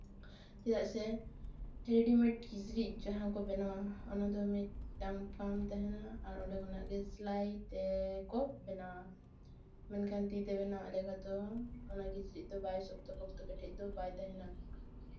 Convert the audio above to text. ᱪᱮᱫᱟᱜ ᱥᱮ ᱨᱮᱰᱤᱢᱮᱰ ᱠᱤᱪᱨᱤᱡ ᱡᱟᱦᱟᱸ ᱠᱚ ᱵᱮᱱᱟᱣᱟ ᱚᱱᱟ ᱫᱚ ᱢᱤᱫ ᱫᱟᱢ ᱯᱷᱟᱢ ᱛᱟᱦᱮᱱᱟ ᱟᱨ ᱚᱸᱰᱮ ᱠᱷᱚᱱᱟᱜ ᱜᱮ ᱥᱮᱞᱟᱭᱛᱮ ᱠᱚ ᱵᱮᱱᱟᱣᱟ ᱢᱮᱱᱠᱷᱟᱱ ᱛᱤ ᱛᱮ ᱵᱮᱱᱟᱣ ᱟᱜ ᱞᱮᱠᱟ ᱫᱚ ᱚᱱᱟ ᱠᱤᱪᱨᱤᱡ ᱫᱚ ᱵᱟᱭ ᱥᱚᱠᱛᱚ ᱯᱚᱠᱛᱚ ᱠᱮᱴᱮᱡ ᱫᱚ ᱵᱟᱭ ᱛᱟᱦᱮᱱᱟ